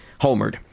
homered